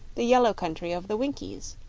the yellow country of the winkies.